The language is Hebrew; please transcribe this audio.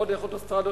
לא דרך אוטוסטרדות,